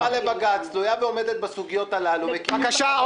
יש עתירה לבג"ץ תלויה ועומדת בסוגיות הללו --- בבקשה,